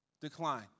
decline